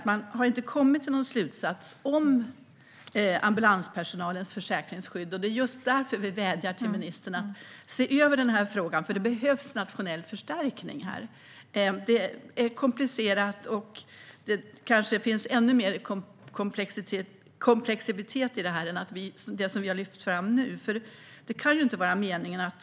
Man har inte kommit till någon slutsats om ambulanspersonalens försäkringsskydd, och det är därför vi vädjar till ministern att se över frågan. Det behövs nationell förstärkning. Det är komplicerat, och det kanske finns mer komplexitet i detta än vad vi har lyft fram.